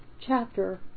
chapter